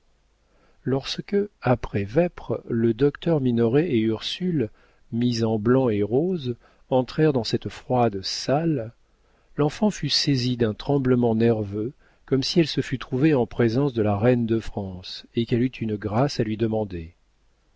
lorsque après vêpres le docteur minoret et ursule mise en blanc et rose entrèrent dans cette froide salle l'enfant fut saisie d'un tremblement nerveux comme si elle se fût trouvée en présence de la reine de france et qu'elle eût une grâce à lui demander